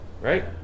right